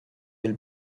will